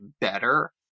better